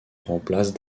remplace